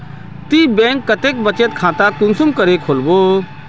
ती बैंक कतेक बचत खाता कुंसम करे खोलबो?